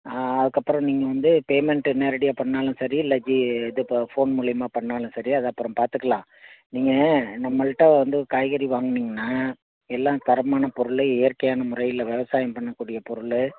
ஆ அதுக்கப்புறம் நீங்கள் வந்து பேமெண்ட்டு நேரடியா பண்ணிணாலும் சரி இல்லை ஜி இது போ ஃபோன் மூலிமா பண்ணிணாலும் சரி அது அப்புறம் பார்த்துக்கலாம் நீங்கள் நம்மள்கிட்ட வந்து காய்கறி வாங்குனீங்கன்னால் எல்லாத் தரமான பொருள் இயற்கையான முறையில் விவசாயம் பண்ணக்கூடிய பொருள்